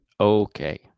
Okay